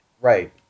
Right